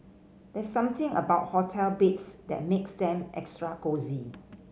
there's something about hotel beds that makes them extra cosy